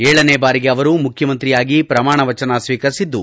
ಏಳನೇ ಬಾರಿಗೆ ಅವರು ಮುಖ್ಯಮಂತ್ರಿಯಾಗಿ ಪ್ರಮಾಣವಚನ ಸ್ವೀಕರಿಸಿದ್ದು